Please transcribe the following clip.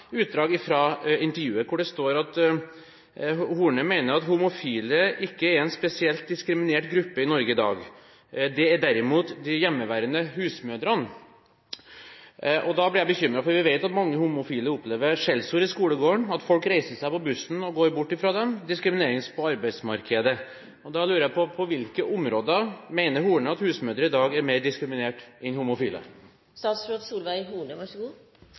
utdrag fra intervjuet, hvor det står: «Homofile er ikke en spesielt diskriminert gruppe i Norge i dag, ifølge Solveig Horne. Det er derimot de hjemmeværende husmødrene.» Da ble jeg bekymret. For vi vet at mange homofile opplever skjellsord i skolegården, at folk på bussen reiser seg og går bort fra dem, og at de opplever diskriminering på arbeidsmarkedet. Da lurer jeg på: På hvilke områder mener Horne at husmødre i dag er mer diskriminert enn